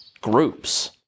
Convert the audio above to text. groups